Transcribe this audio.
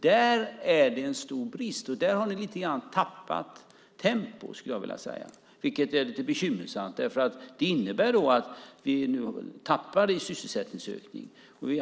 Där finns det en stor brist, och där har ni i viss mån tappat tempo, skulle jag vilja säga, vilket är bekymmersamt, därför att det innebär att vi nu tappar i sysselsättningsökning.